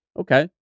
Okay